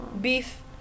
Beef